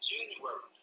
January